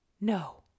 No